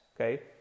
okay